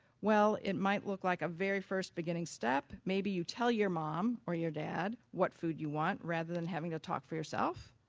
well, it might look like a very first beginning step, maybe you tell your mom or your dad what food you want rather than having to talk for yourself.